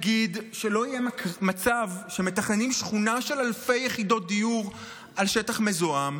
נגיד שלא יהיה מצב שמתכננים שכונה של אלפי יחידות דיור על שטח מזוהם,